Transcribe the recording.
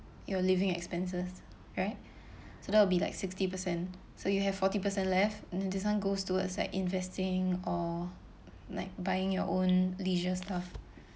your living expenses right so that will be like sixty percent so you have forty percent left this one goes towards like investing or like buying your own leisure stuff